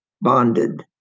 bonded